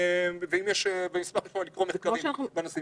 ואשמח לקרוא מחקרים.